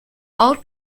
all